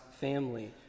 family